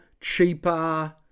cheaper